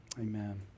Amen